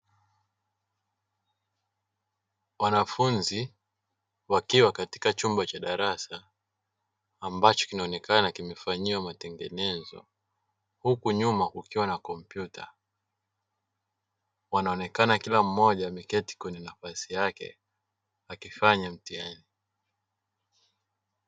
Wanafunzi wakiwa katika chumba cha darasa ambacho kinaonekana kimefanyiwa matengenezo, huku nyuma kukiwa na kompyuta wanaonekana kila mmoja ameketi kwenye nafasi yake wakifanya mtihani.